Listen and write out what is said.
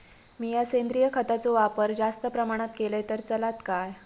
मीया सेंद्रिय खताचो वापर जास्त प्रमाणात केलय तर चलात काय?